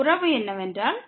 உறவு என்னவென்றால் 2≤ϵ